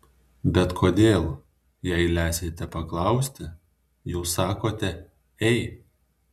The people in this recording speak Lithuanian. bet kodėl jei leisite paklausti jūs sakote ei